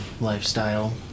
lifestyle